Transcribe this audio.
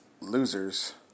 losers